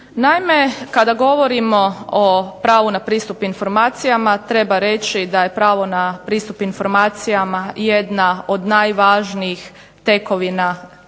Naime, kada govorimo o pravu na pristup informacijama treba reći da je pravo na pristup informacijama jedna od najvažnijih tekovina